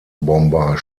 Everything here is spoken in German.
bomber